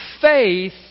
faith